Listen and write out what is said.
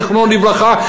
זיכרונו לברכה,